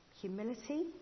humility